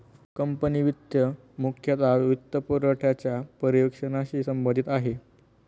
company वित्त मुख्यतः वित्तपुरवठ्याच्या पर्यवेक्षणाशी संबंधित आहे